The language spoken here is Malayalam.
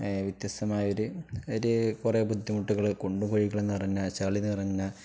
വ്യത്യസ്തമായര് ഒര് കൊറേ ബുദ്ധിമുട്ടുകള് കുണ്ടുംകുഴികള്ന്ന്റഞ്ഞാ ചാളിന്ന്റഞ്ഞാ